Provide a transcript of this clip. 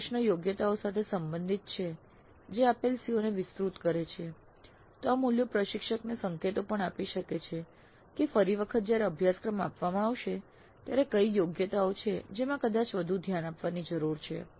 જો પ્રશ્નો યોગ્યતાઓ સાથે સંબંધિત છે જે આપેલ CO ને વિસ્તૃત કરે છે તો આ મૂલ્યો પ્રશિક્ષકને સંકેતો પણ આપી શકે છે કે ફરી વખત જ્યારે અભ્યાસક્રમ આપવામાં આવશે ત્યારે કઇ યોગ્યતાઓ છે જેમાં કદાચ વધુ ધ્યાન આપવાની જરૂર છે